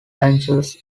benches